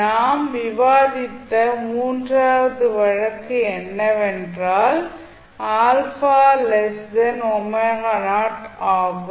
நாம் விவாதித்த மூன்றாவது வழக்கு என்னவென்றால் ஆகும்